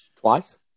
Twice